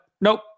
Nope